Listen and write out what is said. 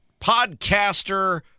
podcaster